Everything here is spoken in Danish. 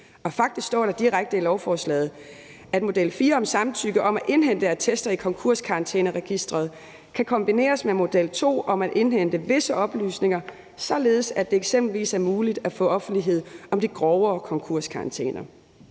Faktisk står der direkte i lovforslaget, at model fire om samtykke om at indhente attester i konkurskarantæneregisteret kan kombineres med model to om at indhente visse oplysninger, således at det eksempelvis er muligt at få offentlighed om de grovere konkurskarantæner.